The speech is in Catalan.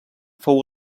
fou